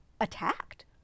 attacked